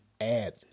add